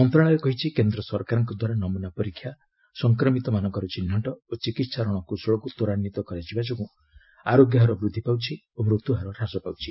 ମନ୍ତ୍ରଣାଳୟ କହିଛି କେନ୍ଦ୍ର ସରକାରଙ୍କ ଦ୍ୱାରା ନମୂନା ପରୀକ୍ଷା ସଂକ୍ମିତମାନଙ୍କର ଚିହ୍ନଟ ଓ ଚିକିତ୍ସା ରଣକୌଶଳକୁ ତ୍ୱରାନ୍ଧିତ କରାଯିବା ଯୋଗୁଁ ଆରୋଗ୍ୟହାର ବୃଦ୍ଧି ପାଉଛି ଓ ମୃତ୍ୟୁହାର ହ୍ରାସ ପାଉଛି